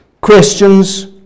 Questions